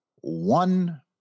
one